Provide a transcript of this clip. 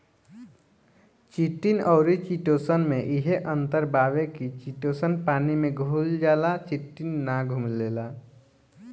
chitin अउरी chitosan में इहे अंतर बावे की चिटोसन पानी में घुल जाला चिटिन ना घुलेला